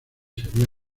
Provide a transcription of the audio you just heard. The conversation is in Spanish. sería